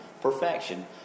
perfection